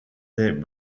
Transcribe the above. des